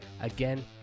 Again